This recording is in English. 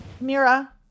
Mira